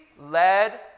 led